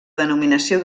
denominació